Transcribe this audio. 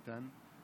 איתן,